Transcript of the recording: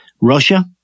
Russia